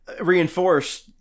reinforced